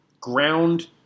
ground